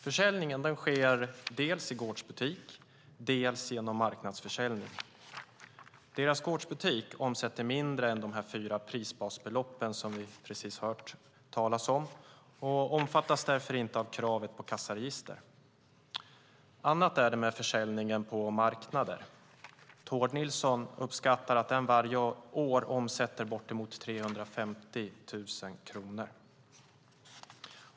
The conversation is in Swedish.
Försäljningen sker dels i gårdsbutik, dels genom marknadsförsäljning. Deras gårdsbutik omsätter mindre än de fyra prisbasbelopp som det just har talats om här och omfattas därför inte av kravet på kassaregister. Annat är det med försäljningen på marknader. Tord Nilsson uppskattar att den varje år omsätter bortemot 350 000 kronor.